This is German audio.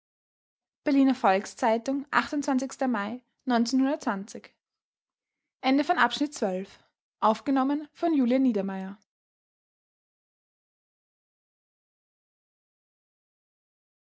berliner volks-zeitung mai